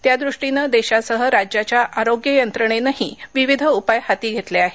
त्यादृष्टीनं देशासह राज्याच्या आरोग्य यंत्रणेनंही विविध उपाय हाती घेतली आहे